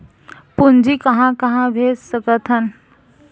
पूंजी कहां कहा भेज सकथन?